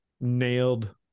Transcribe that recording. nailed